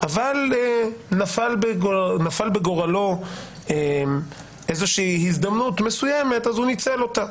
אבל נפלה בגורלו הזדמנות מסוימת, והוא ניצל אותה.